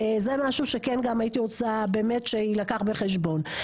זה משהו שכן גם הייתי רוצה באמת שיילקח בחשבון.